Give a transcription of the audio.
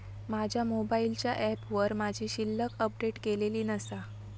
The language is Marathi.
माझ्या मोबाईलच्या ऍपवर माझी शिल्लक अपडेट केलेली नसा